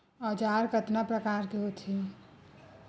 औजार कतना प्रकार के होथे?